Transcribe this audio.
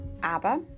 aber